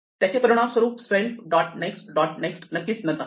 त्याचे परिणाम स्वरूप self dot next dot next नक्कीच नन असेल